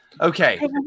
okay